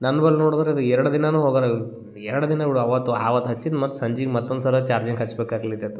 ನನ್ನ ಬಳ್ ನೋಡದ್ರೆ ಅದು ಎರಡು ದಿನವೂ ಹೋಗಲ್ಲ ಎರಡು ದಿನ ಬಿಡು ಅವತ್ತು ಆವತ್ತು ಹಚ್ಚಿದ ಮತ್ತೆ ಸಂಜಿಗೆ ಮತ್ತೊಂದು ಸಲ ಚಾರ್ಜಿಂಗ್ ಹಚ್ಬೇಕು ಆಗಲಿದತು